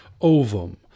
ovum